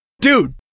dude